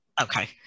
Okay